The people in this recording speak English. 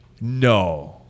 No